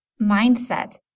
mindset